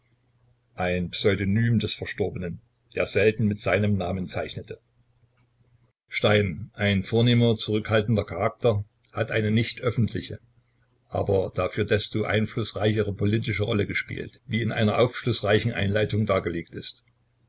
ein pseudonym des verstorbenen der selten mit seinem namen zeichnete stein ein vornehmer zurückhaltender charakter hat eine nicht öffentliche aber dafür desto einflußreichere politische rolle gespielt wie in einer aufschlußreichen einleitung dargelegt ist